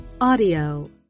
audio